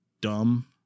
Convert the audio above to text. dumb